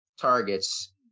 targets